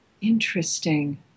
Interesting